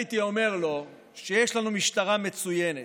הייתי אומר לו שיש לנו משטרה מצוינת.